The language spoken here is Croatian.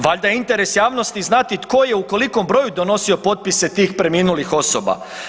Valjda je interes jasnosti znati tko je u kolikom broju donosio potpise tih preminulih osoba.